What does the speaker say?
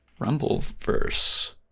Rumbleverse